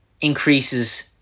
increases